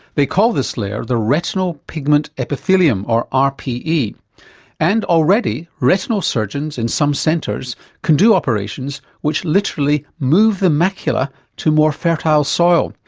they call this layer the retinal pigment epithelium or rpe, yeah and already retinal surgeons in some centres can do operations which literally move the macula to more fertile soil.